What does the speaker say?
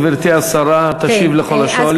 גברתי השרה תשיב לכל השואלים.